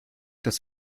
das